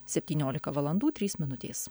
septyniolika valandų trys minutės